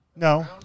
No